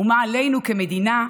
ומה עלינו, כמדינה,